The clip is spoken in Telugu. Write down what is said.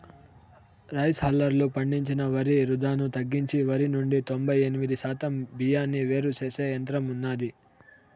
రైస్ హల్లర్లు పండించిన వరి వృధాను తగ్గించి వరి నుండి తొంబై ఎనిమిది శాతం బియ్యాన్ని వేరు చేసే యంత్రం ఉన్నాది